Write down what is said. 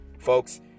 Folks